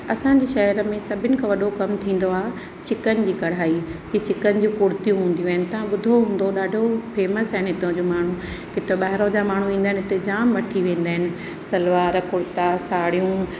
असांजे शेहर में सभिनि खां वॾो कमु थींदो आहे चिकन जी कढ़ाई की चिकन जी कुर्तियूं हूंदियूं आहिनि तव्हां ॿुधो हूंदो ॾाढो फ़ेमस आहिनि हितां जा माण्हू किथा ॿाहिरां जा माण्हू ईंदा आहिनि हिते जाम वठी वेंदा आहिनि सलवार कुर्ता साड़ियूं